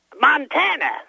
Montana